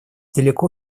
далеко